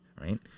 right